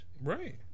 Right